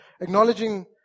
acknowledging